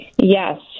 Yes